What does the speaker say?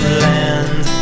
land